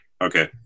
Okay